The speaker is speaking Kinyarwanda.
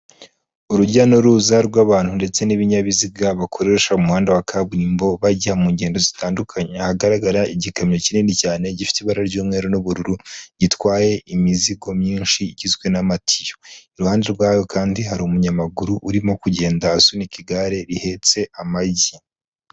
Urujya n'uruza rw'abantu ndetse n'ibinyabiziga bakoresha umuhanda wa kaburimbo bajya mu ngendo zitandukanye, hahagaragara igikamyo kinini cyane gifite ibara ry'umweru n'ubururu gitwaye imizigo myinshi igizwe na matiyo, iruhande rwayo kandi hari umunyamaguru urimo kugenda asunika igare rihetse amagi.